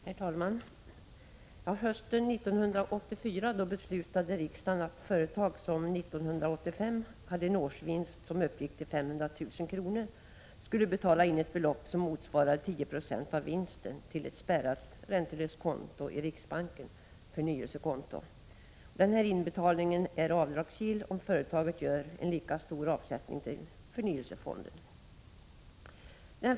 Herr talman! Hösten 1984 beslutade riksdagen att företag som 1985 hade en årsvinst som uppgick till 500 000 kr. skulle betala ett belopp som motsvarade 10 96 av vinsten till ett spärrat räntelöst konto i riksbanken, ett förnyelsekonto. Inbetalningen är avdragsgill, om företaget gör en avsättning till förnyelsefonden.